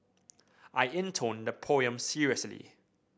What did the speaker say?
I intoned the poem seriously